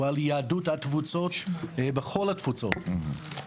הוא על יהדות התפוצות בכל התפוצות.